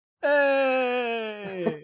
Hey